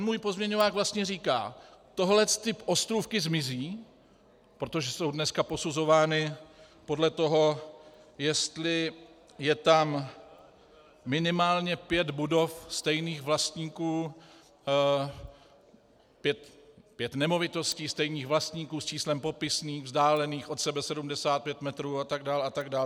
Můj pozměňovák vlastně říká: tyhle ostrůvky zmizí, protože jsou dneska posuzovány podle toho, jestli je tam minimálně pět budov stejných vlastníků, pět nemovitostí stejných vlastníků s číslem popisným vzdálených od sebe 75 metrů a tak dál, a tak dál.